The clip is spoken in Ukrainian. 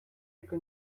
яка